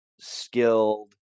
skilled